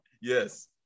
Yes